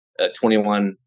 21